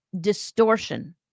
distortion